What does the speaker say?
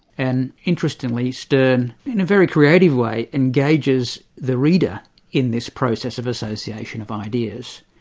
and interestingly, sterne, in a very creative way, engages the reader in this process of association of ideas.